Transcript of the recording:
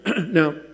Now